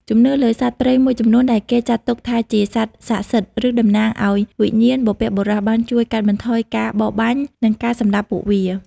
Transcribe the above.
ជំនឿលើសត្វព្រៃមួយចំនួនដែលគេចាត់ទុកថាជាសត្វស័ក្តិសិទ្ធិ ឬតំណាងឲ្យវិញ្ញាណបុព្វបុរស បានជួយកាត់បន្ថយការបរបាញ់ និងការសម្លាប់ពួកវា។